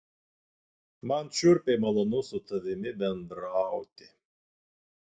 man šiurpiai malonu su tavimi bendrauti